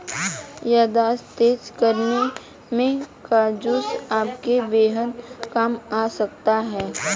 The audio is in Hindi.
याददाश्त तेज करने में काजू आपके बेहद काम आ सकता है